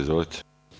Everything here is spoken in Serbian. Izvolite.